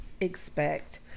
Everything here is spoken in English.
expect